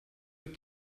have